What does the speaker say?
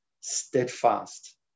steadfast